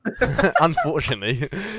unfortunately